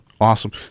Awesome